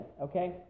okay